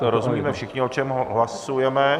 Rozumíme všichni, o čem hlasujeme.